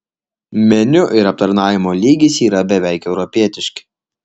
meniu ir aptarnavimo lygis yra beveik europietiški